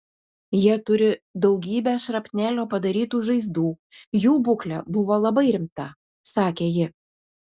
jie turi daugybę šrapnelio padarytų žaizdų jų būklė buvo labai rimta sakė ji